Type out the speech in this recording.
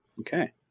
Okay